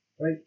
Right